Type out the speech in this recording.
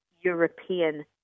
European